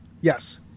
yes